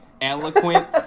eloquent